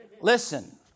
Listen